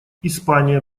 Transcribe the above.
испания